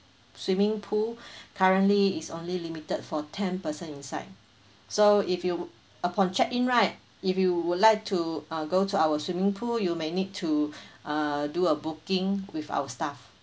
swimming pool currently is only limited for ten person inside so if you upon check in right if you would like to uh go to our swimming pool you may need to uh do a booking with our staff